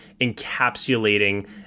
encapsulating